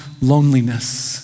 loneliness